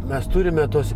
mes turime tuos